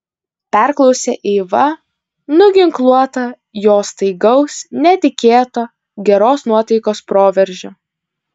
perklausė eiva nuginkluota jo staigaus netikėto geros nuotaikos proveržio